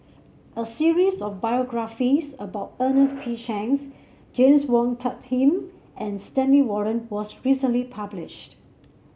a series of biographies about Ernest P Shanks James Wong Tuck Yim and Stanley Warren was recently published